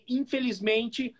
infelizmente